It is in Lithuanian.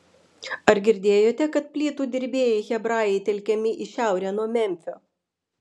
ar girdėjote kad plytų dirbėjai hebrajai telkiami į šiaurę nuo memfio